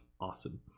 awesome